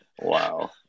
Wow